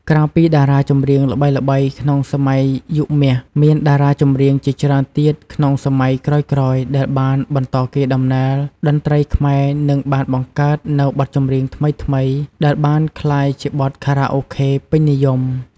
ក្រៅពីតារាចម្រៀងល្បីៗក្នុងសម័យយុគមាស មានតារាចម្រៀងជាច្រើនទៀតក្នុងសម័យក្រោយៗដែលបានបន្តកេរដំណែលតន្ត្រីខ្មែរនិងបានបង្កើតនូវបទចម្រៀងថ្មីៗដែលបានក្លាយជាបទខារ៉ាអូខេពេញនិយម។